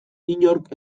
inork